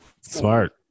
Smart